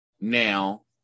now